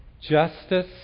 justice